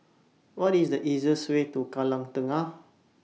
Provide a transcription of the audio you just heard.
What IS The easiest Way to Kallang Tengah